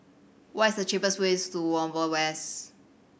what is the cheapest way to Whampoa West